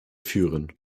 führen